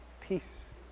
peace